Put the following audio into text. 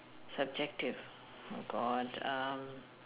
subjective my god um